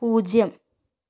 പൂജ്യം